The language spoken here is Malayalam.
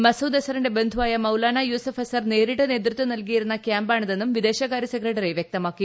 മസൂദ് അസറിന്റെ ബന്ധുവായ മൌലാറ യൂസഫ് അസർ നേരിട്ട് നേതൃത്വം നൽകിയിരുന്ന ക്യാമ്പാണിതെന്നും വിദേശകാര്യ സെക്രട്ടറി പറഞ്ഞു